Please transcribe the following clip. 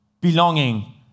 belonging